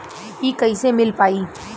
इ कईसे मिल पाई?